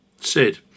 Sid